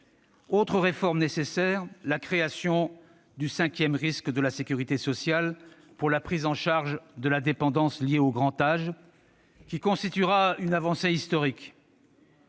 plus large possible : la création d'un cinquième risque de la sécurité sociale relatif à la prise en charge de la dépendance liée au grand âge, qui constituera une avancée historique.